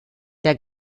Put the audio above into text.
der